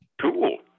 Cool